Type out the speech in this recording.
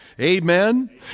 Amen